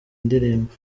ndirimbo